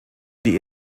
die